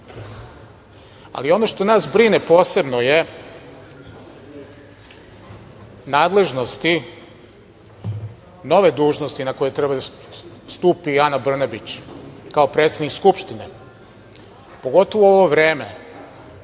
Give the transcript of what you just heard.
ali ono što nas brine, posebno je nadležnosti, nove dužnosti na koje treba stupi Ana Brnabić kao predsednik Skupštine. Pogotovo u ovo vreme.